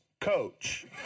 coach